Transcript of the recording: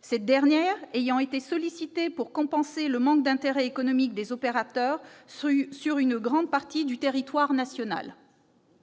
cette dernière ayant été sollicitée pour compenser le manque d'intérêt économique des opérateurs sur une grande partie du territoire national.